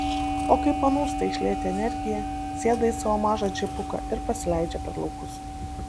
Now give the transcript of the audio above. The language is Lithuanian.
o kai panūsta išlieti energiją sėda į savo mažą džipuką ir pasileidžia per laukus